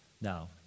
Now